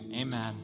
amen